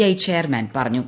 I chairman പറഞ്ഞു